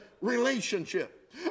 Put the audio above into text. relationship